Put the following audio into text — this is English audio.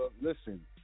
Listen